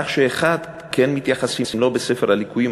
כך שכן מתייחסים לזה ב"ספר הליקויים".